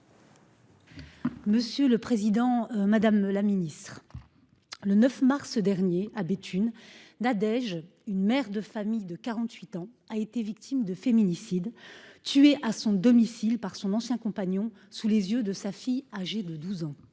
Monsieur le Président Madame la Ministre. Le 9 mars dernier à Béthune Nadège. Une mère de famille de 48 ans a été victime de féminicides tué à son domicile par son ancien compagnon sous les yeux de sa fille âgée de 12 ans.